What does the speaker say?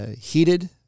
heated